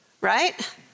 Right